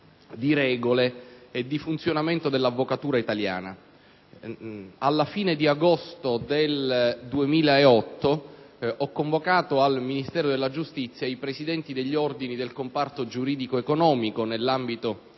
di regole e di funzionamento dell'avvocatura italiana. Alla fine di agosto del 2008 ho convocato al Ministero della giustizia i presidenti degli ordini del comparto giuridico-economico, nell'ambito